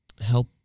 help